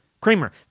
Kramer